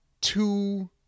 two